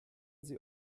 sie